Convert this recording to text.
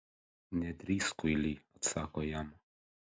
nedrįsk kuily atsako jam